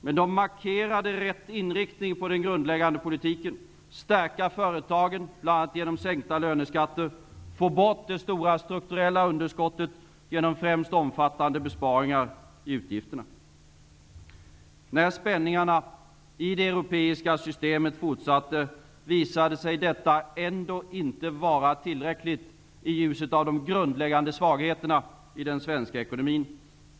Men de markerade rätt inriktning på den grundläggande politiken: stärka företagen, bl.a. genom sänkta löneskatter, få bort det stora strukturella underskottet genom främst omfattande besparingar i utgifterna. När spänningarna i det europeiska systemet fortsatte, visade sig detta ändå inte vara tillräckligt i ljuset av de grundläggande svagheterna i den svenska ekonomin.